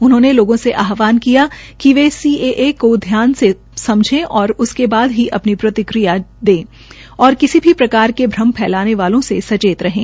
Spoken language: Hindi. उन्होंने लोगों से आहवान किया कि वे वे सी सी ए को ध्यान से समझे और उसके बाद ही अपनी प्रतिक्रिया करें और किसी भी प्रकार के भ्रम फैलाने वालों से सचेत रहें